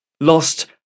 lost